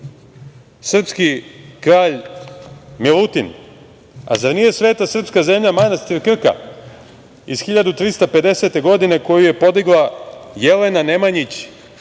srpski kralj Milutin? A zar nije sveta srpska zemlja manastir Krka iz 1350. godine koji je podigla Jelena Nemanjić